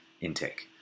intake